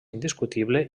indiscutible